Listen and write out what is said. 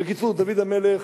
בקיצור, דוד המלך,